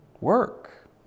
work